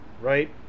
right